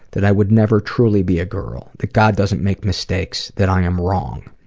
that i would never truly be a girl, that god doesn't make mistakes, that i um wrong.